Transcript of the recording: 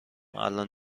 الان